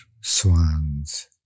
swans